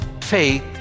faith